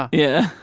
yeah, yeah.